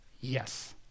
yes